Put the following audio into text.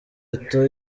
eto’o